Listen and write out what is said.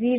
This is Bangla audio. s